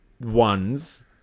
ones